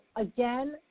again